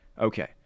Okay